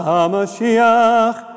HaMashiach